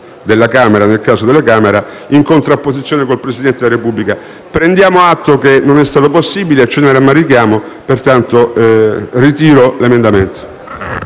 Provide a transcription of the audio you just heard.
della Camera, nel caso della Camera, in contrapposizione con il Presidente della Repubblica. Prendiamo atto che non è stato possibile. Ce ne rammarichiamo e, pertanto, ritiriamo l'emendamento.